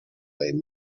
they